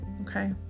Okay